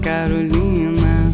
Carolina